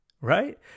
right